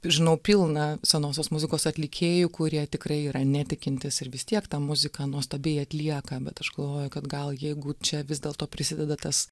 žinau pilna senosios muzikos atlikėjų kurie tikrai yra netikintys ir vis tiek tą muziką nuostabiai atlieka bet aš galvoju kad gal jeigu čia vis dėlto prisideda tas